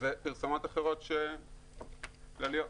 ופרסומות אחרות, כלליות.